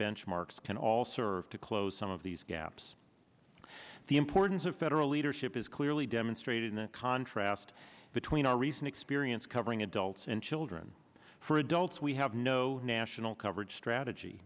benchmarks can all serve to close some of these gaps the importance of federal leadership is clearly demonstrated in the contrast between our recent experience covering adults and children for adults we have no national coverage strategy